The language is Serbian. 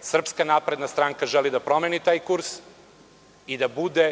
Srpska napredna stranka želi da promeni taj kurs i da to bude